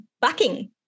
backing